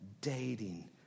dating